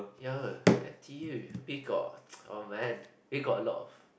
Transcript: ya n_t_u peacock oh man he got a lot of